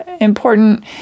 important